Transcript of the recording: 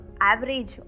average